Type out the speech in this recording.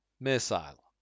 Missile